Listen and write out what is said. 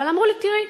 אבל אמרו לי: תראי,